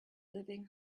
living